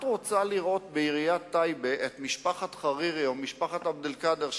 את רוצה לראות בעיריית טייבה את משפחת חרירי או משפחת עבד אל-קאדר,